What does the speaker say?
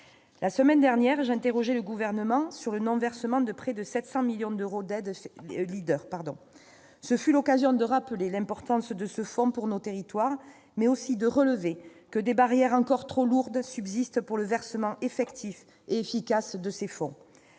La semaine dernière, j'interrogeai le Gouvernement sur le non-versement de près de 700 millions d'euros d'aides Leader. Ce fut l'occasion de rappeler l'importance de ce fonds pour nos territoires, mais aussi de relever que des barrières encore trop lourdes subsistent pour le versement effectif et efficace des fonds